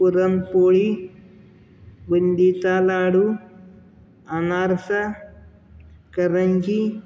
पुरणपोळी बुंंदीचा लाडू अनारसा करंजी